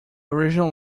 original